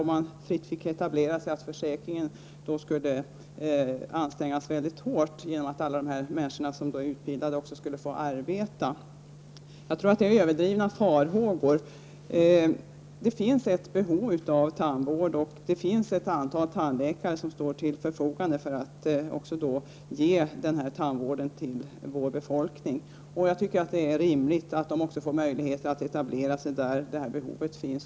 Jag tror att farhågorna är överdrivna att försäkringen skulle komma att ansträngas väldigt hårt om de människor som är utbildade också skulle få arbeta. Det finns ett behov av tandvård, och det finns ett antal läkare som står till förfogande för att ge befolkningen tandvård. Jag tycker att det är rimligt att de får möjlighet att etablera sig där behovet finns.